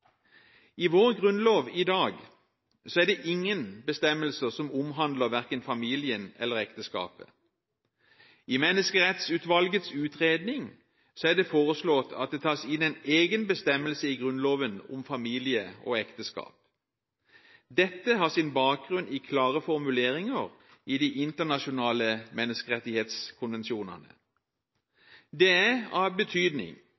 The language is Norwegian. I vår grunnlov i dag er det ingen bestemmelser som omhandler verken familien eller ekteskapet. I Menneskerettighetsutvalgets utredning er det foreslått at det tas inn en egen bestemmelse i Grunnloven om familie og ekteskap. Dette har sin bakgrunn i klare formuleringer i de internasjonale menneskerettighetskonvensjonene. Det er av betydning